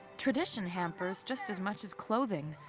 tradition hampers just as much as clothing.